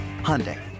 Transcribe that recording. Hyundai